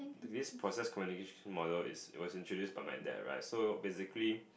this process communication model is was introduced by my dad right so basically